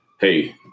hey